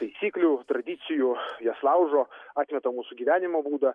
taisyklių tradicijų jas laužo atmeta mūsų gyvenimo būdą